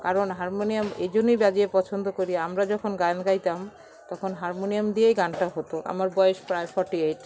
কারণ হারমোনিয়াম এই জন্যই বাজিয়ে পছন্দ করি আমরা যখন গান গাইতাম তখন হারমোনিয়াম দিয়েই গানটা হতো আমার বয়স প্রায় ফর্টি এইট